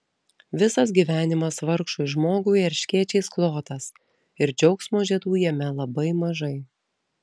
visas gyvenimas vargšui žmogui erškėčiais klotas ir džiaugsmo žiedų jame labai mažai